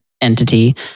entity